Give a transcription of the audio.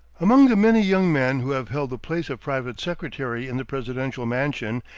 among the many young men who have held the place of private secretary in the presidential mansion,